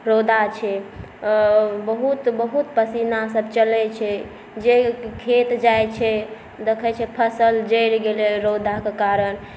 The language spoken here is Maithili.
रौदा छै आओर बहुत बहुत पसीनासभ चलै छै जे खेत जाइ छै देख़ै छै फसल जरि गेलै रौदाकेॅं कारण